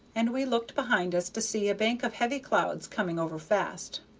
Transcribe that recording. and we looked behind us to see a bank of heavy clouds coming over fast.